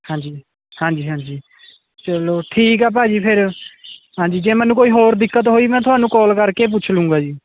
ਹਾਂਜੀ ਹਾਂਜੀ ਹਾਂਜੀ ਚੱਲੋ ਠੀਕ ਆ ਭਾਅ ਜੀ ਫਿਰ ਹਾਂਜੀ ਜੇ ਮੈਨੂੰ ਕੋਈ ਹੋਰ ਦਿੱਕਤ ਹੋਈ ਮੈਂ ਤੁਹਾਨੂੰ ਕਾਲ ਕਰਕੇ ਪੁੱਛ ਲਵਾਂਗਾ ਜੀ